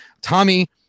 Tommy